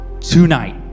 tonight